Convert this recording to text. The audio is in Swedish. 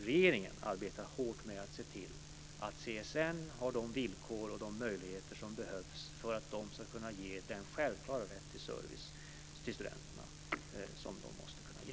Regeringen arbetar hårt med att se till att CSN har de villkor och de möjligheter som behövs för att man ska kunna ge studenterna den självklara rätt till service som man måste kunna ge.